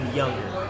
younger